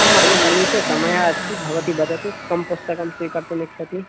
आम् मम समीपे समयः अस्ति भवती वदतु कं पुस्तकं स्वीकर्तुम् इच्छति